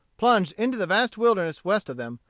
plunged into the vast wilderness west of them,